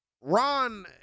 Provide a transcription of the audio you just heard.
Ron